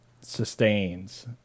sustains